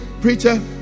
preacher